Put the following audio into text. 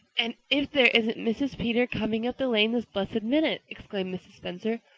and if there isn't mrs. peter coming up the lane this blessed minute! exclaimed mrs. spencer,